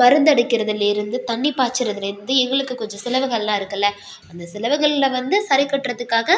மருந்து அடிக்கிறதிலேருந்து தண்ணி பாய்ச்சறதுலேருந்து எங்களுக்கு கொஞ்சம் செலவுகள்லாம் இருக்குதுல்ல அந்த செலவுங்கள்ல வந்து ச கட்டுறதுக்காக